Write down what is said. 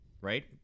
right